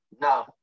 No